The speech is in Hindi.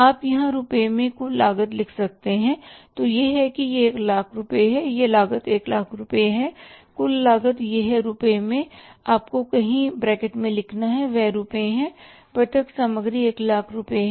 आप यहाँ रुपये में कुल लागत लिख सकते हैं तो यह है कि यह एक लाख रुपये है यह लागत एक लाख रुपये है कुल लागत यह है रुपये में आपको कहीं ब्रैकेट में लिखना है और वह रुपये है प्रत्यक्ष सामग्री एक लाख रुपये है